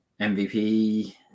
MVP